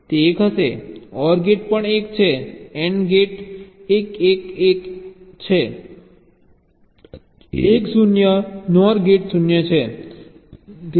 તે 1 છે OR gate પણ 1 છે AND ગેટ 1 1 એ 1 છે 1 0 NOR ગેટ 0 છે